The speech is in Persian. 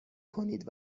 کنید